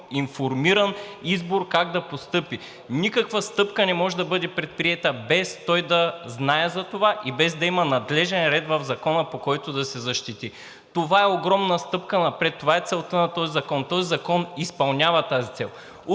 информиран избор как да постъпи. Никаква стъпка не може да бъде предприета, без той да знае за това и без да има надлежен ред в Закона, по който да се защити. Това е огромна стъпка напред. Това е целта на този закон. Този закон изпълнява тази цел.